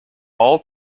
all